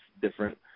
different